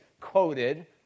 quoted